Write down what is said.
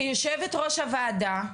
כיו"ר הוועדה,